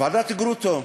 ועדת גרוטו,